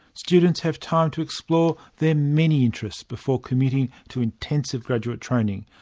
students have time to explore their many interests before committing to intensive graduate training,